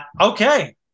Okay